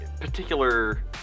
particular